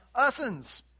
Usins